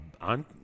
on